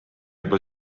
juba